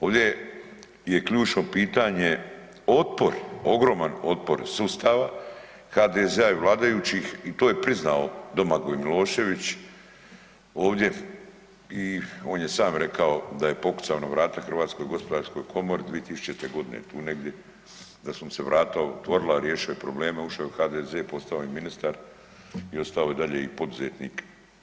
Ovdje je ključno pitanje otpor ogroman, otpor sustava HDZ-a i vladajućih i to je priznao Domagoj Milošević ovdje i on je sam rekao da je pokucao na vrata HGK-u 2000.g. tu negdje da su mu se vrata otvorila, riješio je probleme, ušao je u HDZ, postao je ministar i ostao je i dalje poduzetnik.